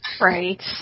Right